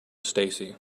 stacey